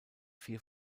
vier